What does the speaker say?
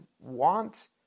want